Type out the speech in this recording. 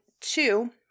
two